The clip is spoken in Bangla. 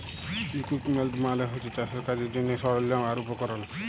ইকুইপমেল্ট মালে হছে চাষের কাজের জ্যনহে সরল্জাম আর উপকরল